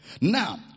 Now